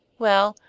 well,